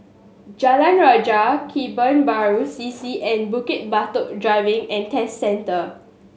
Jalan Rajah Kebun Baru C C and Bukit Batok Driving and Test Centre